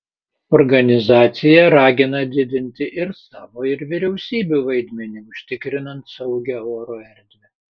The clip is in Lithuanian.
organizacija ragina didinti ir savo ir vyriausybių vaidmenį užtikrinant saugią oro erdvę